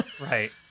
Right